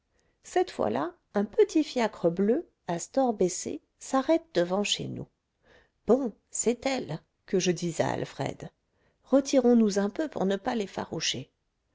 cette fois-là un petit fiacre bleu à stores baissés s'arrête devant chez nous bon c'est elle que je dis à alfred retirons-nous un peu pour ne pas l'effaroucher